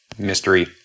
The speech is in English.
mystery